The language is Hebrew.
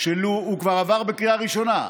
שכבר עבר בקריאה ראשונה,